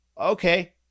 Okay